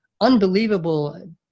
unbelievable